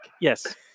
yes